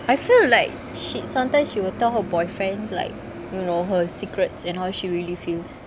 I feel like she sometimes she will tell her boyfriend like you know her secrets and how she really feels